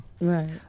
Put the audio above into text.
Right